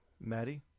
Maddie